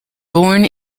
born